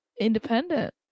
independent